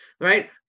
right